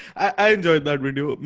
i enjoyed that